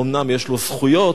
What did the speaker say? אומנם יש לו זכויות,